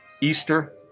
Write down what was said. Easter